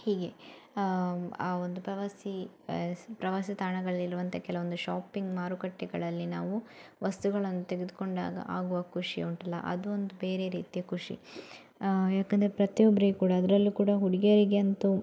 ಹೀಗೆ ಆ ಒಂದು ಪ್ರವಾಸಿ ಪ್ರವಾಸಿ ತಾಣಗಳಲ್ಲಿರುವಂಥ ಕೆಲವೊಂದು ಶಾಪಿಂಗ್ ಮಾರುಕಟ್ಟೆಗಳಲ್ಲಿ ನಾವು ವಸ್ತುಗಳನ್ನು ತೆಗೆದುಕೊಂಡಾಗ ಆಗುವ ಖುಷಿ ಉಂಟಲ್ಲ ಅದು ಒಂದು ಬೇರೆ ರೀತಿಯ ಖುಷಿ ಯಾಕಂದರೆ ಪ್ರತಿಯೊಬ್ರಿಗೆ ಕೂಡ ಅದರಲ್ಲು ಕೂಡ ಹುಡುಗಿಯರಿಗೆ ಅಂತು